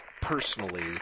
personally